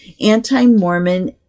anti-Mormon